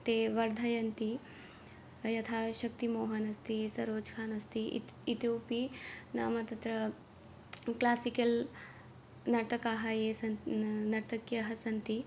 ते वर्धयन्ति यथाशक्ति मोहन् अस्ति सरोझ् खानस्ति इत् इतोऽपि नाम तत्र क्लासिकल् नर्तकाः ये सन् न नर्तक्यः सन्ति